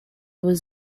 was